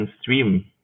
stream